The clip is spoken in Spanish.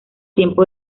tiempo